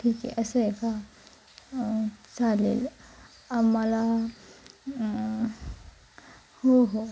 ठीक आहे असं आहे का चालेल आम्हाला हो हो